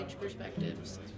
perspectives